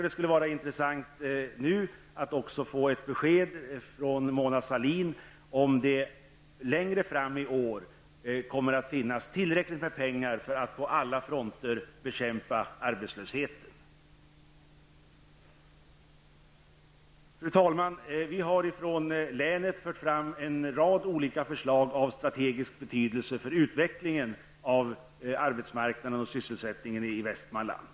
Det vore intressant med ett besked från Mona Sahlin om huruvida det längre fram i år kommer att finnas tillräckligt med pengar för att på alla fronter bekämpa arbetslösheten. Fru talman! Vi har från länet fört fram en rad olika förslag av strategisk betydelse för utvecklingen av arbetsmarknaden och sysselsättningen i Västmanland.